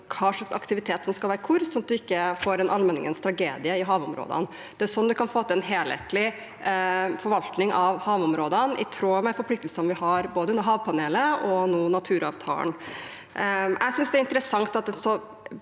hva slags aktivitet som skal være hvor, så man ikke får en allmenningens tragedie i havområdene. Det er slik man kan få til en helhetlig forvaltning av havområdene, i tråd med forpliktelsene vi har både under havpanelet og med naturavtalen. Jeg synes det er interessant at